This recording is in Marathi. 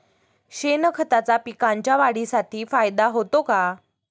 शेणखताचा पिकांच्या वाढीसाठी फायदा होतो का?